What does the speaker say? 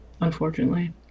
Unfortunately